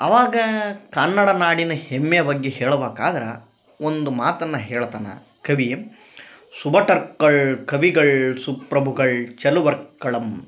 ಅವಾಗ ಕನ್ನಡ ನಾಡಿನ ಹೆಮ್ಮೆಯ ಬಗ್ಗೆ ಹೇಳ್ಬಕಾದರೆ ಒಂದು ಮಾತನ್ನ ಹೇಳ್ತಾನ ಕವಿ ಸುಬಟರ್ಕಳ್ ಕವಿಗಳ್ ಸುಪ್ರಭುಗಳ್ ಚಲುವರ್ಕಳಮ್